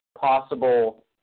possible